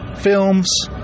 films